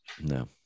No